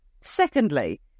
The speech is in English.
Secondly